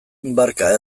barka